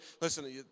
listen